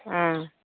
ꯑꯥ